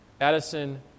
Addison